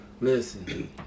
Listen